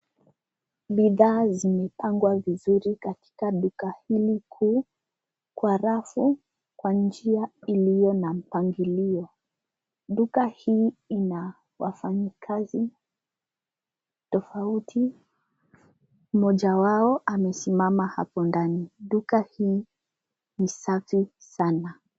Bidhaa zimepangwa vizuri katika duka hili kuu. Kwa rafu, kwa njia iliyo na mpangilio. Duka hii ina wafanyikazi tofauti. Moja wao amesimama hapo ndani. Duka hii ni safi sana.